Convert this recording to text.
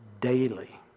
daily